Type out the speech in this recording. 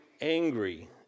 angry